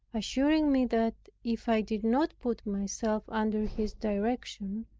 assuring me that, if i did not put myself under his direction,